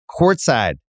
courtside